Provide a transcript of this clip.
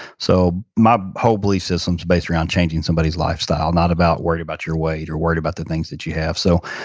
so, my whole belief system's based around changing somebody's lifestyle, not about worried about your weight or worried about the things that you have so,